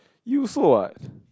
you also what